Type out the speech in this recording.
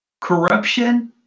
Corruption